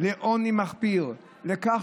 לעוני מחפיר, לכך